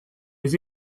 les